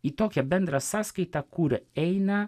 į tokią bendrą sąskaitą kur eina